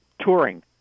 touring